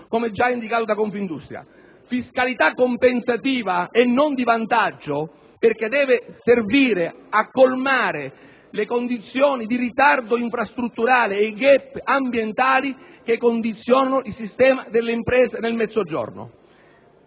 come già indicato da Confindustria; fiscalità compensativa e non di vantaggio, perché deve servire a colmare le condizioni di ritardo infrastrutturale e i *gap* ambientali che condizionano il sistema delle imprese nel Mezzogiorno